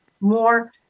more